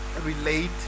relate